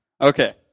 Okay